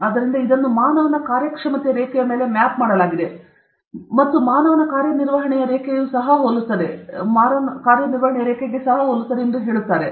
ಆದ್ದರಿಂದ ಇದನ್ನು ಮಾನವನ ಕಾರ್ಯಕ್ಷಮತೆ ರೇಖೆಯ ಮೇಲೆ ಮ್ಯಾಪ್ ಮಾಡಲಾಗಿದೆ ಮತ್ತು ಮಾನವ ಕಾರ್ಯನಿರ್ವಹಣೆಯ ರೇಖೆಯು ಸಹ ಹೋಲುತ್ತದೆ ಎಂದು ಅವರು ಹೇಳುತ್ತಾರೆ